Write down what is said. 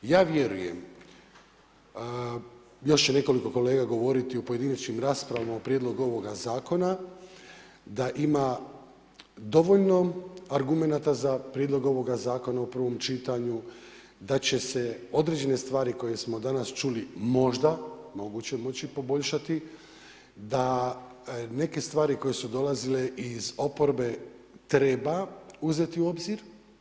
Ja vjerujem još će nekoliko kolega govoriti u pojedinačnim rasprava o prijedlogu ovoga zakona da ima dovoljno argumenata za prijedlog ovoga zakona u prvom čitanju, da će se određene stvari koje smo danas čuli možda moguće moći poboljšati, da neke stvari koje su dolazile iz oporbe treba uzeti u obzir.